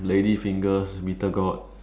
lady's finger bittergourd